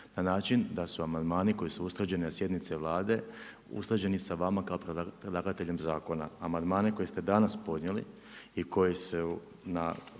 na način da su amandmani koji su … sjednice Vlade usklađeni sa vama kao predlagateljem zakona. Amandmane koje ste danas podnijeli i koji su na